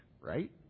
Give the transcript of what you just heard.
right